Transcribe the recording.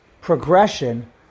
progression